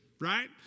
right